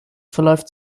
verläuft